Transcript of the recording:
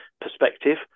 perspective